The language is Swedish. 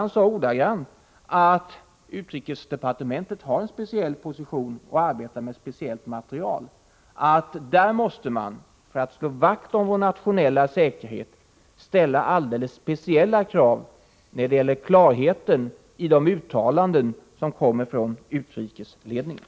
Han sade ordagrant att utrikesdepartementet har en speciell position och arbetar med speciellt material. För att slå vakt om vår nationella säkerhet måste man ställa speciella krav när det gäller klarheten i de uttalanden som kommer från utrikesledningen.